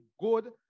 good